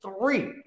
three